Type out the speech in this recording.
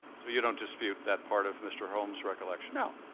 so you don't dispute that part of mr. holmes recollection? no.